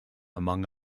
among